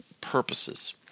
purposes